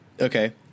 Okay